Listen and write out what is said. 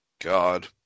God